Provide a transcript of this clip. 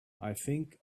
think